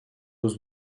was